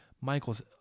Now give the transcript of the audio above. Michael's